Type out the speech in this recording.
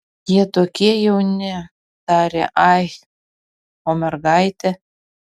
jie tokie jauni tarė ai o mergaitė